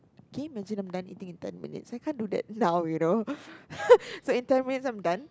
can you imagine I'm done eating in ten minutes I can't do that now you know so in ten minutes I'm done